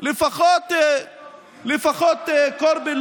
ישחרו לפתחה של מדינת ישראל,